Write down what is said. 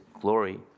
glory